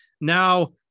now